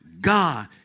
God